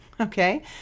Okay